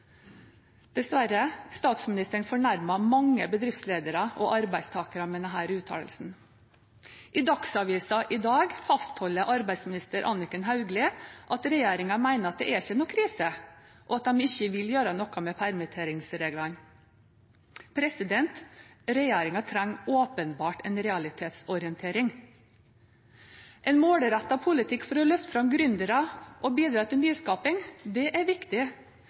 Dessverre fornærmet statsministeren mange bedriftsledere og arbeidstakere med denne uttalelsen. I Dagsavisen i dag fastholder arbeidsminister Anniken Hauglie at regjeringen mener at det ikke er noen krise, og at de ikke vil gjøre noe med permitteringsreglene. Regjeringen trenger åpenbart en realitetsorientering. En målrettet politikk for å løfte fram gründere og bidra til nyskaping er viktig. I denne debatten er det også viktig